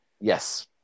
Yes